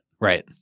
Right